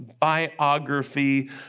biography